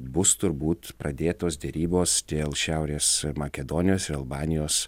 bus turbūt pradėtos derybos dėl šiaurės makedonijos ir albanijos